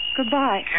Goodbye